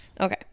Okay